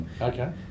Okay